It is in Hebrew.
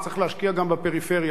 צריך להשקיע גם בפריפריה.